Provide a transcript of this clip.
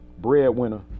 breadwinner